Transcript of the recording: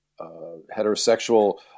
heterosexual